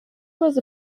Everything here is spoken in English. was